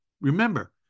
Remember